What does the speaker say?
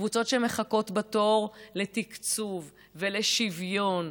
קבוצות שמחכות בתור לתקצוב ולשוויון.